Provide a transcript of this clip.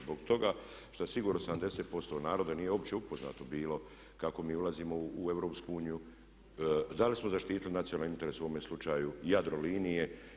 Zbog toga što sigurno da 70% naroda nije uopće upoznato bilo kako mi ulazimo u EU, da li smo zaštitili nacionalne interese u ovome slučaju Jadrolinije.